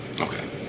Okay